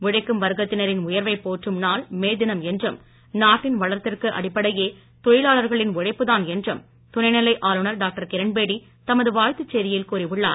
உழைக்கும் வர்க்கத்தினரின் உயர்வைப் போற்றும் நாள் மே தினம் என்றும் நாட்டின் வளத்திற்கு அடிப்படையே தொழிலாளர்களின் உழைப்புதான் என்றும் துணைநிலை ஆளுநர் டாக்டர் கிரண்பேடி தமது வாழ்த்துச் செய்தியில் கூறியுள்ளார்